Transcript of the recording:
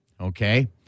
okay